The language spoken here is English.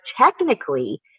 technically